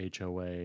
HOA